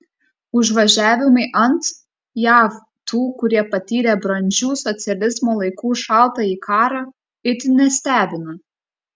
užvažiavimai ant jav tų kurie patyrė brandžių socializmo laikų šaltąjį karą itin nestebina